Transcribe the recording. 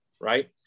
right